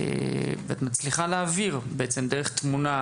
ואת מצליחה להעביר בעצם דרך תמונה,